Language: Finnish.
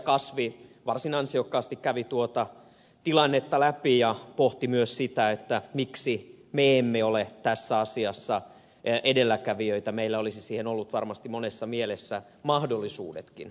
kasvi varsin ansiokkaasti kävi tuota tilannetta läpi ja pohti myös sitä miksi me emme ole tässä asiassa edelläkävijöitä meillä olisi siihen ollut varmasti monessa mielessä mahdollisuudetkin